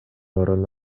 орун